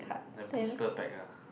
the booster pack ah